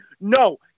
No